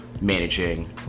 managing